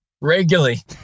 Regularly